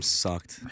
sucked